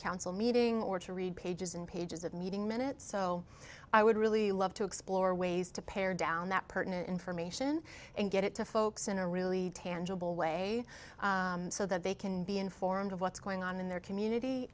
council meeting or to read pages and pages of meeting minutes so i would really love to explore ways to pare down that pertinent information and get it to folks in a really tangible way so that they can be informed of what's going on in their community